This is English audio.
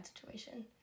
situation